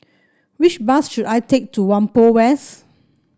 which bus should I take to Whampoa West